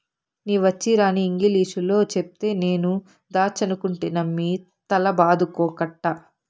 నీ వచ్చీరాని ఇంగిలీసులో చెప్తే నేను దాచ్చనుకుంటినమ్మి తల బాదుకోకట్టా